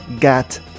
Got